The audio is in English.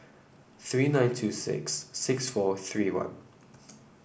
three nine two six six four three one